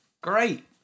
Great